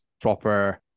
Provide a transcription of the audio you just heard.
proper